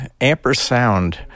Ampersound